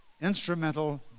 Instrumental